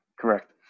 correct